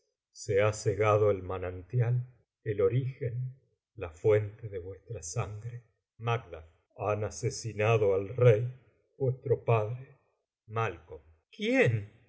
se ha cegado el manantial el origen la fuente de vuestra sangre han asesinado al rey vuestro padre quién